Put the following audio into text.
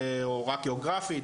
או רק גאוגרפית,